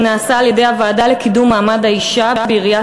שנעשה על-ידי הוועדה לקידום מעמד האישה בעיריית